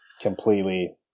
Completely